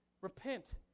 repent